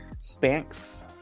Spanx